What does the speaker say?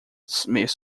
smith